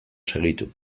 segitu